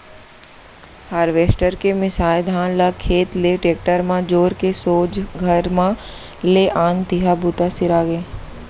harvester के मिंसाए धान ल खेत ले टेक्टर म जोर के सोझ घर म ले आन तिहॉं बूता सिरागे